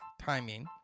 timing